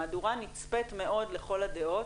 מהדורה נצפית מאוד לכל הדעות